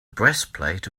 breastplate